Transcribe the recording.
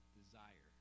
desire